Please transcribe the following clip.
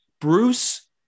Bruce